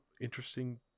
interesting